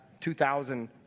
2,000